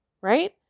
right